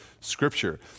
scripture